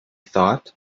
thought